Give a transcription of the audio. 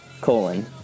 colon